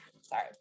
Sorry